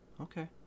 Okay